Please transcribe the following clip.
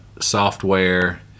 software